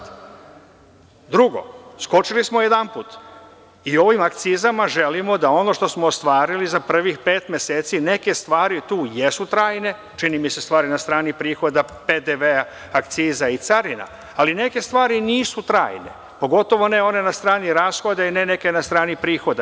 Drugo, skočili smo jedanput i ovim akcizama želimo da ono što smo ostvarili za privih pet meseci, neke stvari tu jesu trajne, čini mi se stvari na strani prihoda, PDV, akciza i carina, ali neke stvari i nisu trajne, pogotovo ne one na strani rashoda i neke stvari na strani prihoda.